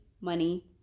money